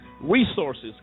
resources